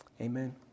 Amen